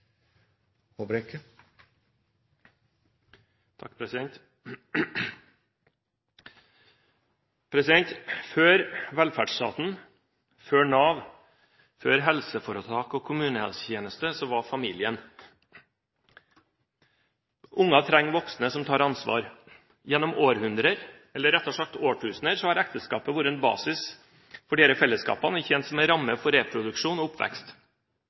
er dermed avsluttet. Før velferdsstaten, før Nav, før helseforetak og kommunehelsetjeneste var familien. Ungene trenger voksne som tar ansvar. Gjennom århundrer, eller rettere sagt årtusener, har ekteskapet vært en basis for disse fellesskapene og tjent som en ramme for reproduksjon og oppvekst